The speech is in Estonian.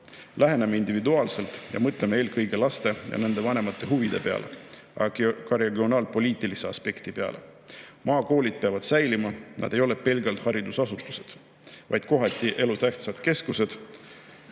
läheneme individuaalselt ja mõtleme eelkõige laste ja nende vanemate huvide peale! Ka regionaalpoliitilise aspekti peale. Maakoolid peavad säilima, nad ei ole pelgalt haridusasutused, vaid kohati elutähtsad keskused